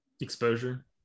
Exposure